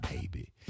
baby